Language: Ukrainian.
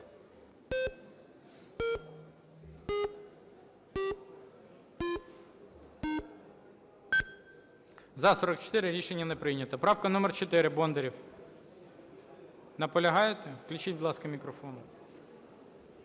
За-44 Рішення не прийнято. Правка номер 4, Бондарєв. Наполягаєте? Включіть, будь ласка, мікрофон.